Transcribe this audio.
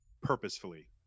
purposefully